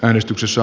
äänestyksessä